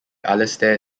alastair